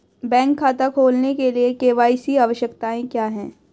Bank खाता खोलने के लिए के.वाई.सी आवश्यकताएं क्या हैं?